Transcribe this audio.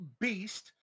beast